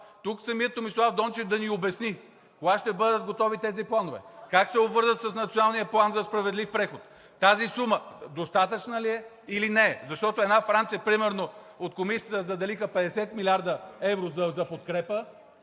тук самият Томислав Дончев да ни обясни кога ще бъдат готови тези планове, как се обвързват с Националния план за справедлив преход, тази сума достатъчна ли е или не? Защото една Франция примерно, от Комисията заделиха 50 милиарда евро за подкрепа,